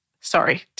sorry